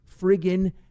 friggin